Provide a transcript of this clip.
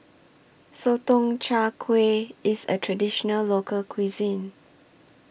Sotong Char Kway IS A Traditional Local Cuisine